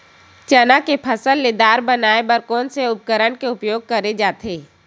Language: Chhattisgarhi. चना के फसल से दाल बनाये बर कोन से उपकरण के उपयोग करे जाथे?